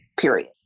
period